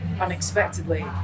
unexpectedly